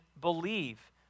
believe